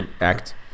act